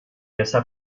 yasa